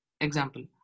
Example